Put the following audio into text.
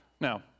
Now